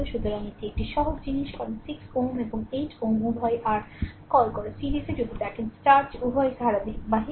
সুতরাং এটি একটি সহজ জিনিস কারণ 6 Ω এবং 8 Ω উভয়ই r r যা কল r সিরিজ যদি দেখেন যে উভয়ই ধারাবাহিক